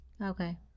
Okay